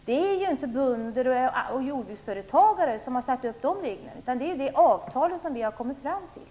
Det är inte bönder och jordbruksföretagare som har satt upp de reglerna, utan de finns i de avtal som vi har kommit fram till.